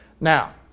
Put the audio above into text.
Now